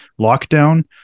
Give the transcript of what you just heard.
lockdown